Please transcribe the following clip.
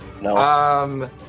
No